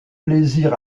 plaisir